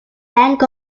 bank